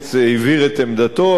הורוביץ הבהיר את עמדתו,